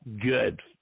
good